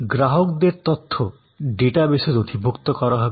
গ্রাহকদের তথ্য ডেটাবেসে নথিভুক্ত করা হবে